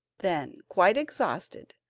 then, quite exhausted,